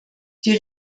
die